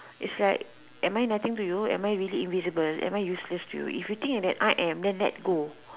is like am I nothing to you am I really invisible am I useless to you if you think like that I am then let go